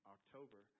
October